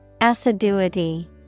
Assiduity